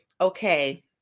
okay